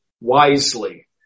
wisely